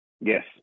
Yes